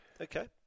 Okay